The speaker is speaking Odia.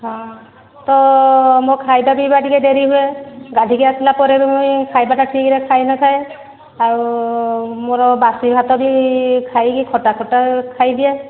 ହଁ ତ ମୋ ଖାଇବା ପିଇବା ଟିକିଏ ଡେରି ହୁଏ ଗାଧୋଇକି ଆସିଲାପରେ ବି ମୁଇଁ ଖାଇବାଟା ଠିକ୍ରେ ଖାଇନଥାଏ ଆଉ ମୋର ବାସି ଭାତ ବି ଖାଇକି ଖଟା ଫଟା ଖାଇଦିଏ